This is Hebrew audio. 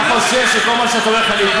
תתמוך בממשלה שלך.